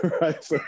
right